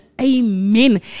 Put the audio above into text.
amen